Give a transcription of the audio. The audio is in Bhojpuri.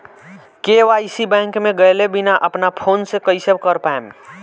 के.वाइ.सी बैंक मे गएले बिना अपना फोन से कइसे कर पाएम?